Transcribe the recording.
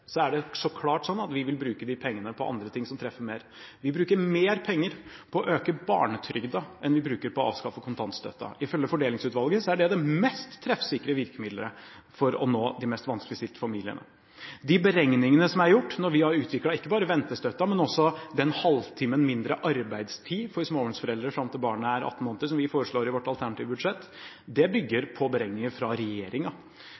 så klart slik at vi vil bruke disse pengene på ting som treffer mer. Vi bruker mer penger på å øke barnetrygden enn vi bruker på å avskaffe kontantstøtten. Ifølge Fordelingsutvalget er dette det mest treffsikre virkemiddelet for å nå de mest vanskeligstilte familiene. De beregningene som er gjort når vi har utviklet ikke bare ventestøtten, men også den halvtimen mindre arbeidstid for småbarnsforeldre fram til barnet er 18 måneder, som vi foreslår i vårt alternative budsjett, bygger på beregninger fra regjeringen og på budsjettsvar vi har fått fra regjeringen. Om det